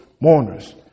mourners